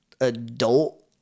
adult